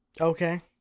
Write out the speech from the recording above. Okay